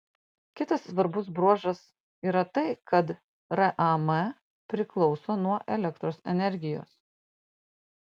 kitas svarbus bruožas yra tai kad ram priklauso nuo elektros energijos